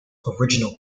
original